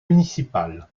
municipales